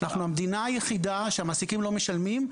אנחנו המדינה היחידה שהמעסיקים לא משלמים.